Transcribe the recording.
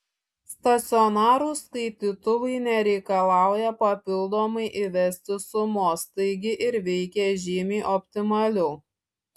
stacionarūs skaitytuvai nereikalauja papildomai įvesti sumos taigi ir veikia žymiai optimaliau